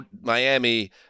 miami